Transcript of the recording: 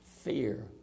Fear